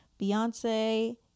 Beyonce